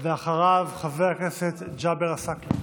אחריו, חבר הכנסת ג'אבר עסאקלה.